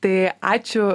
tai ačiū